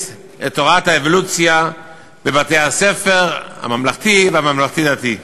את תורת האבולוציה לבתי-הספר הממלכתיים והממלכתיים-דתיים.